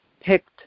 picked